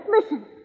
Listen